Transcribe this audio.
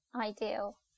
ideal